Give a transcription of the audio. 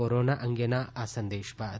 corona અંગેના આ સંદેશ બાદ